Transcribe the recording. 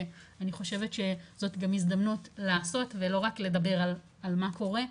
אני חושבת שזאת גם הזדמנות לעשות ולא רק לדבר על מה קורה.